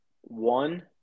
one